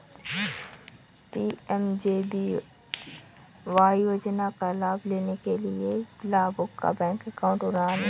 PMJBY योजना का लाभ लेने के लिया लाभुक का बैंक अकाउंट होना अनिवार्य है